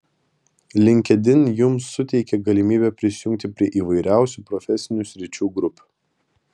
linkedin jums suteikia galimybę prisijungti prie įvairiausių profesinių sričių grupių